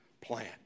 plant